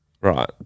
Right